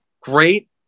great